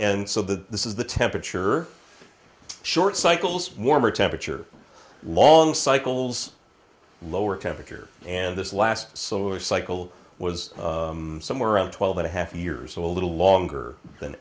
and so that this is the temperature short cycles warmer temperature long cycles lower temperature and this last solar cycle was somewhere around twelve and a half years old a longer than